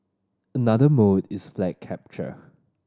another mode is flag capture